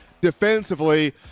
defensively